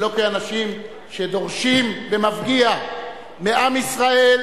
ולא כאנשים שדורשים במפגיע מעם ישראל,